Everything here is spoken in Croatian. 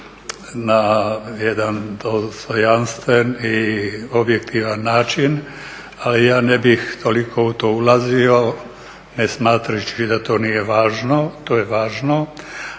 na jedan dostojanstven i objektivan način. Ali ja ne bih toliko u to ulazio ne smatrajući da to nije važno, to je važno.